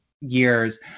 years